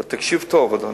תקשיב טוב, אדוני.